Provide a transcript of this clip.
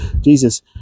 Jesus